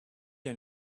you